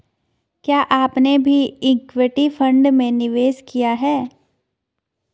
क्या आपने भी इक्विटी फ़ंड में निवेश किया है?